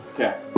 Okay